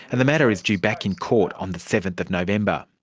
and the matter is due back in court on the seventh of november.